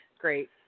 great